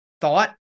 thought